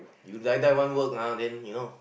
you die die want work ah then you know